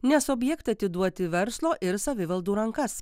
nes objektą atiduoti į verslo ir savivaldų rankas